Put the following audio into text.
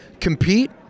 compete